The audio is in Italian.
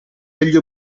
degli